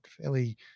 Fairly